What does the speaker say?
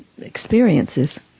experiences